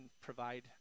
provide